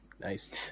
Nice